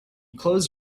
close